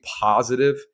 positive